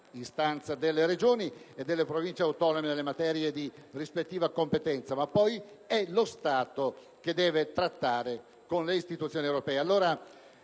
istanza delle Regioni e delle Province autonome nelle materie di rispettiva competenza, è poi lo Stato che deve trattare con le istituzioni europee. Signor